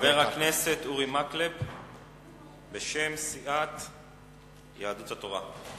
חבר הכנסת אורי מקלב בשם סיעת יהדות התורה.